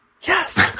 Yes